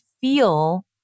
feel